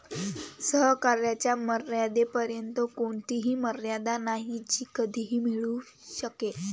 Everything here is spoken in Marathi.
सहकार्याच्या मर्यादेपर्यंत कोणतीही मर्यादा नाही जी कधीही मिळू शकेल